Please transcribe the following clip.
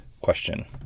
question